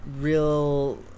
real